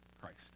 Christ